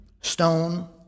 stone